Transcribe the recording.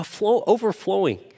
overflowing